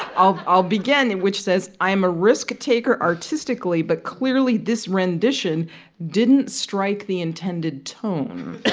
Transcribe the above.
i'll i'll begin which says, i am a risk-taker artistically, but clearly, this rendition didn't strike the intended tone